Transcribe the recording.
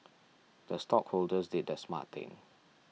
the stockholders did the smart thing